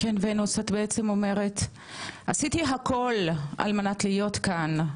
כן ונוס את בעצם אומרת עשיתי הכול על מנת להיות כאן,